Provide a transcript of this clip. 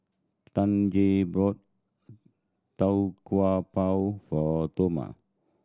Tanja bought Tau Kwa Pau for Toma